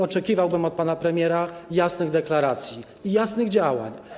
Oczekiwałbym od pana premiera jasnych deklaracji i jasnych działań.